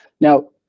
Now